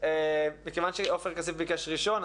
מכיוון שעופר כסיף ביקש ראשון,